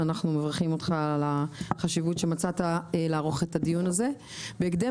אנחנו מברכים אותך על החשיבות שמצאת לערוך את הדיון הזה בהקדם.